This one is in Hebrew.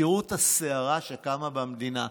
תראו את הסערה שקמה במדינה,